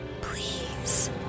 Please